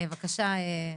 בבקשה,